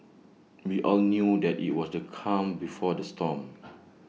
we all knew that IT was the calm before the storm